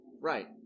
Right